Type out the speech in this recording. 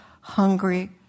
hungry